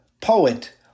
poet